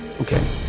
Okay